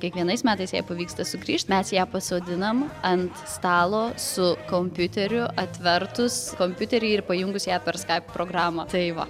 kiekvienais metais jai pavyksta sugrįžt mes ją pasodinam ant stalo su kompiuteriu atvertus kompiuterį ir pajungus ją per skaip programą tai va